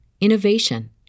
innovation